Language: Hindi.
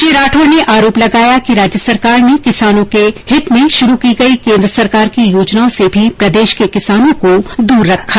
श्री राठौड ने आरोप लगाया कि राज्य सरकार ने किसानों के हित में शुरू की गई केन्द्र सरकार की योजनाओं से भी प्रदेश के किसानों को दूर रखा